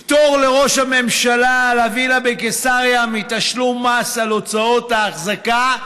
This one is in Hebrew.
פטור לראש הממשלה על הווילה בקיסריה מתשלום מס על הוצאות האחזקה,